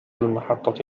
المحطة